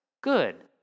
Good